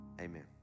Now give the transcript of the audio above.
Amen